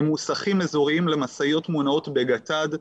במוסכים אזוריים למשאיות מונעות בגט"ד,